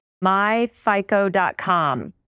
myfico.com